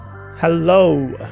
hello